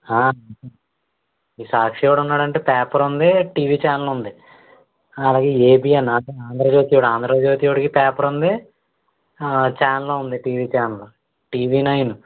ఈ సాక్షి వాడున్నాడంటే పేపరుంది టీవీ ఛానల్ ఉంది అలాగే ఏబిఎన్ ఆంధ్రజ్యోతి వాడు ఆంధ్రజ్యోతి వాడికి పేపరుంది ఛానలు ఉంది టీవీ ఛానలు టీవీ నైను